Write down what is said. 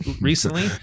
recently